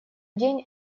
день